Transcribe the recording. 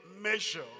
measure